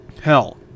hell